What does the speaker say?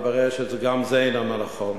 מתברר שגם זה אינו נכון,